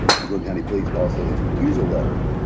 to county police and also its refusal letter,